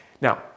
now